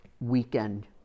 weekend